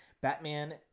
batman